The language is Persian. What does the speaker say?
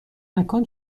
مکان